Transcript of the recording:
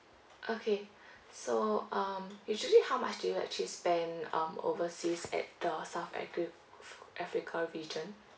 okay so um usually how much do you actually spend um overseas at the south afri~ africa region